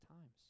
times